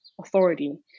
authority